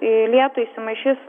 į lietų įsimaišys